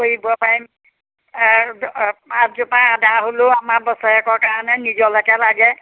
কৰিব পাৰিম পাঁচজোপা আদা হ'লেও আমাৰ বছৰেকৰ কাৰণে নিজলৈকে লাগে